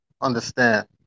understand